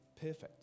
Perfect